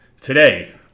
Today